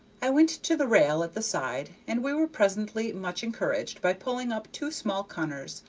i went to the rail at the side, and we were presently much encouraged by pulling up two small cunners,